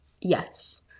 yes